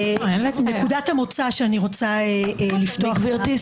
נקודת המוצא שאני רוצה לפתוח --- מי גברתי?